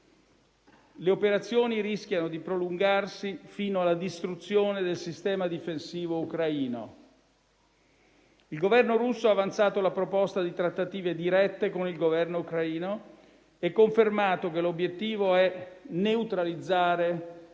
Le operazioni rischiano di prolungarsi fino alla distruzione del sistema difensivo ucraino. Il Governo russo ha avanzato la proposta di trattative dirette con il Governo ucraino, e confermato che l'obiettivo è neutralizzare